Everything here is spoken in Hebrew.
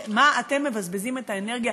על מה אתם מבזבזים את האנרגיה?